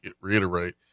reiterate